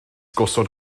gosod